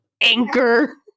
Anchor